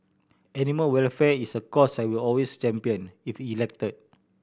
animal welfare is a cause I will always champion if elected